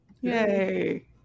Yay